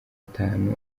atanu